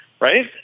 right